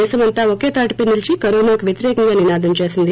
దేశమంతా ఒకేతాటిపై నిలిచి కరోనాకు వ్యతిరేకంగా నినాదం చేసింది